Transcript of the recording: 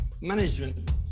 management